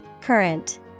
Current